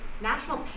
national